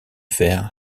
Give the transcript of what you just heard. fer